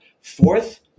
Fourth